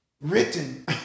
written